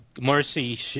mercy